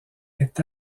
est